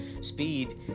speed